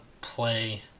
play